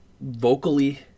Vocally